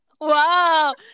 Wow